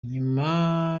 nyuma